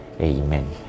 amen